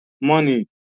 money